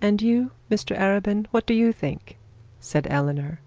and you, mr arabin, what do you think said eleanor.